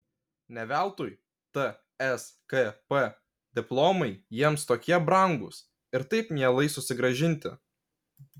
ne veltui tskp diplomai jiems tokie brangūs ir taip mielai susigrąžinti